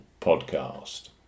podcast